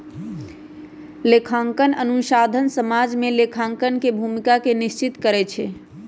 लेखांकन अनुसंधान समाज में लेखांकन के भूमिका के निश्चित करइ छै